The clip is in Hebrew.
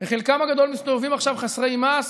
וחלקם הגדול מסתובבים עכשיו חסרי מעש,